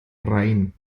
rein